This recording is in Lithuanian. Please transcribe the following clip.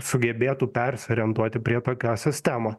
sugebėtų persiorientuoti prie tokios sistemos